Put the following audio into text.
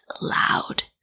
loud